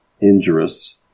injurious